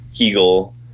Hegel